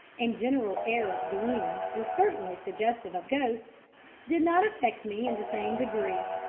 and general air of gloom were certainly suggestive of ghosts did not affect me in the same degree.